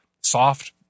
soft